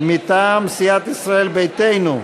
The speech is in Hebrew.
מטעם סיעת ישראל ביתנו,